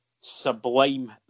sublime